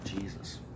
Jesus